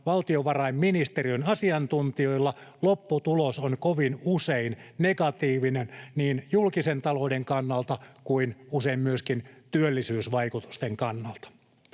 valtiovarainministeriön asiantuntijoilla, lopputulos on kovin usein negatiivinen niin julkisen talouden kannalta kuin usein myöskin työllisyysvaikutusten kannalta.